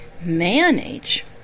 manage